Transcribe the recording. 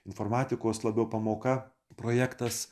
informatikos labiau pamoka projektas